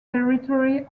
territory